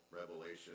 Revelation